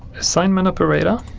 assignment operator